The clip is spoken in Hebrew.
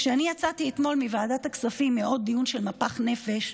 כשאני יצאתי אתמול מוועדת הכספים מעוד דיון של מפח נפש,